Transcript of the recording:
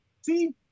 see